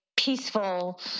peaceful